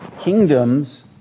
kingdoms